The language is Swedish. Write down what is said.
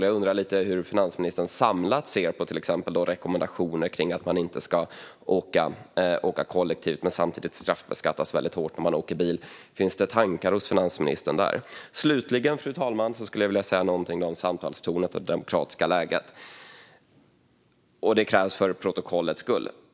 Jag undrar hur finansministern samlat ser på till exempel rekommendationer om att människor inte ska åka kollektivt när de samtidigt straffbeskattas väldigt hårt när de åker bil. Finns det tankar hos finansministern där? Slutligen, fru talman, skulle jag vilja säga någonting om samtalstonen och det demokratiska läget. Det krävs för protokollets skull.